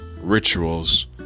rituals